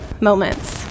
moments